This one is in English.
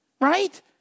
right